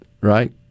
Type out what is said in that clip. right